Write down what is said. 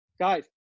guys